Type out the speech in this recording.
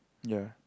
ya